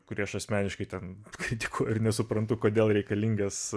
kurį aš asmeniškai ten kritikuoju ir nesuprantu kodėl reikalingas